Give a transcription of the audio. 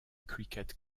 cricket